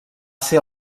ser